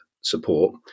support